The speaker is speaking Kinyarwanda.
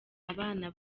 abana